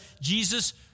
Jesus